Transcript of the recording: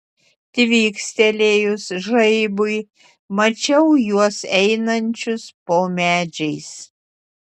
tvykstelėjus žaibui mačiau juos einančius po medžiais